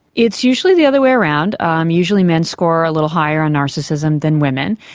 it's usually the other way around, um usually men score a little higher on narcissism than women.